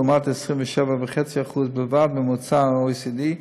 לעומת 27.5% בלבד בממוצע ב-OECD,